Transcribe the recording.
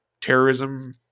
terrorism